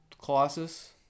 Colossus